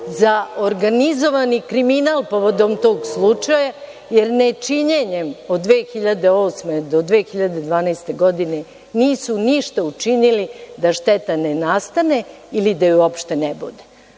za organizovani kriminal povodom tog slučaja, jer ne činjenjem od 2008. do 2012. godine, nisu ništa učinili da šteta ne nastane ili da je uopšte ne bude. Ali,